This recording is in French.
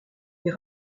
des